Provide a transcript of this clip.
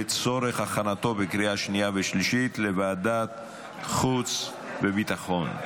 ותעבור לצורך הכנתה לקריאה שנייה ושלישית לוועדת החוץ והביטחון.